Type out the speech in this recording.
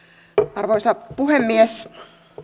arvoisa puhemies